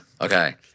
okay